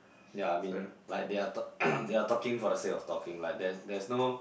ya I mean like they are talk they are talking for the sake of talking like there there is no